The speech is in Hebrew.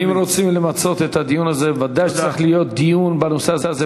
תודה רבה.